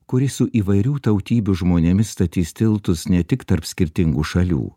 kuri su įvairių tautybių žmonėmis statys tiltus ne tik tarp skirtingų šalių